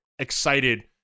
excited